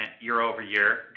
year-over-year